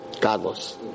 godless